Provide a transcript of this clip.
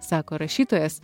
sako rašytojas